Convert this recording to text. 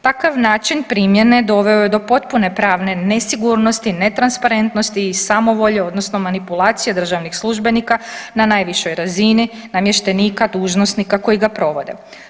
Takav način primjene doveo je do potpune pravne nesigurnosti, netransparentnosti i samovolje, odnosno manipulacije državnih službenika na najvišoj razini, namještenika, dužnosnika koji ga provode.